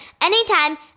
anytime